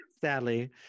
Sadly